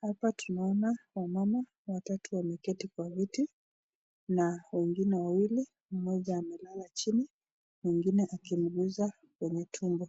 Hapa tunaona wamama watatu walioketi kwa viti na wengine wawili, mmoja amelala chini mwingine akimguza kwenye tumbo.